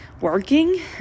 working